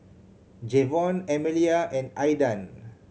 Jevon Emilia and Aydan